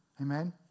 Amen